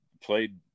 played